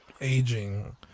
aging